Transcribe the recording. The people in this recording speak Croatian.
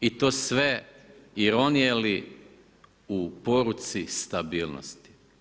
I to sve ironije li u poruci stabilnosti.